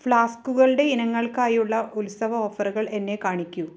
ഫ്ലാസ്കുകളുടെ ഇനങ്ങൾക്കായുള്ള ഉത്സവ ഓഫറുകൾ എന്നെ കാണിക്കൂ